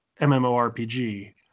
MMORPG